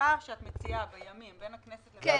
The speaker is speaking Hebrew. החלוקה שאת מציעה בימים בין הכנסת לממשלה.